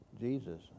Jesus